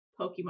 pokemon